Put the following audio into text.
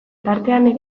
tartean